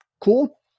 cool